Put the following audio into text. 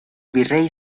virrey